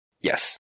Yes